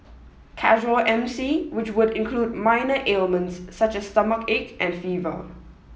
casual M C which would include minor ailments such as stomachache and fever